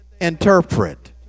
interpret